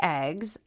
eggs